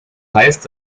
heißt